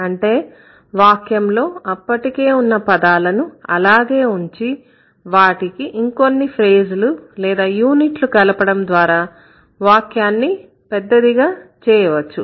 అంటే వాక్యంలో అప్పటికే ఉన్న పదాలను అలాగే ఉంచి వాటికి ఇంకొన్ని ఫ్రేజ్ లు లేదా యూనిట్లు కలపడం ద్వారా వాక్యాన్ని పెద్దదిగా చేయవచ్చు